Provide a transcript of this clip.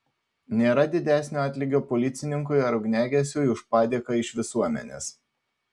nėra didesnio atlygio policininkui ar ugniagesiui už padėką iš visuomenės